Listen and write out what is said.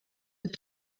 with